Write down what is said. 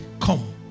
Come